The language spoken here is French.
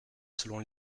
selon